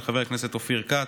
של חבר הכנסת אופיר כץ,